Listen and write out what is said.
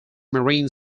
marine